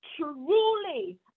truly